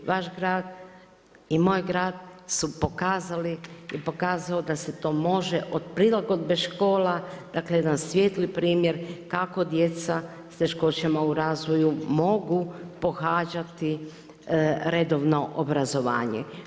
Vaš grad i moj grad su pokazali i pokazao da se to može od prilagodbe škola, dakle jedan svijetli primjer kako djeca s teškoćama u razvoju mogu pohađati redovno obrazovanje.